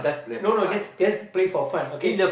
no no just just play for fun okay